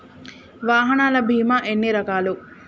వాహనాల బీమా ఎన్ని రకాలు?